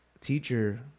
teacher